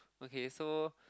okay so